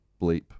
bleep